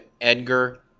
Edgar